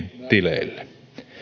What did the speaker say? tileille